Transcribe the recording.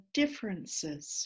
differences